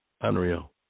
Unreal